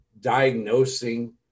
diagnosing